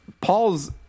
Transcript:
Paul's